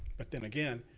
but then again,